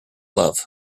love